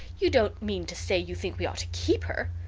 you don't mean to say you think we ought to keep her!